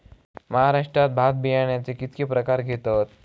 महाराष्ट्रात भात बियाण्याचे कीतके प्रकार घेतत?